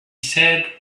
said